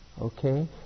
Okay